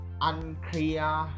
unclear